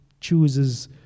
chooses